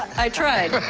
i tried.